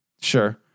Sure